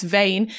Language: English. vain